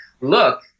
look